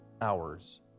hours